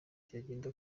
byagenda